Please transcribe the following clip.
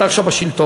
אתה עכשיו בשלטון,